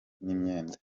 n’imyenda